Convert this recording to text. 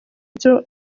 byo